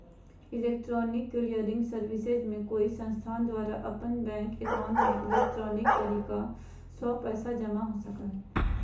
electronic clearing services में कोई संस्थान द्वारा अपन बैंक एकाउंट में इलेक्ट्रॉनिक तरीका स्व पैसा जमा हो सका हइ